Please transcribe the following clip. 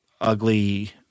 ugly